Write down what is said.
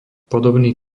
podobný